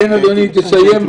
על איזה אירוע הוא מדבר?